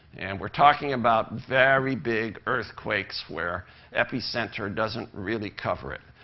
and we're talking about very big earthquakes where epicenter doesn't really cover it.